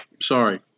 Sorry